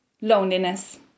Loneliness